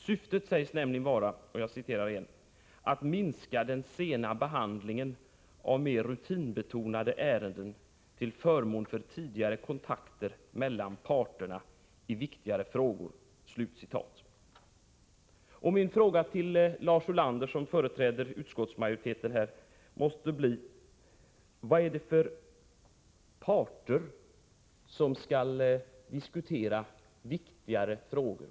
Syftet sägs nämligen vara ”att minska den sena behandlingen av mer rutinbetonade ärenden till förmån för tidiga kontakter mellan parterna i viktigare frågor”. Min fråga till Lars Ulander, som företräder utskottsmajoriteten, måste bli: Vilka parter är det som skall diskutera viktigare frågor?